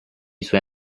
suoi